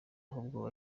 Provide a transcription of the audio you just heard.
ahubwo